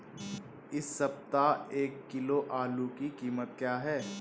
इस सप्ताह एक किलो आलू की कीमत क्या है?